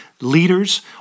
leaders